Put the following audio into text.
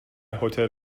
هتل